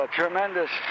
tremendous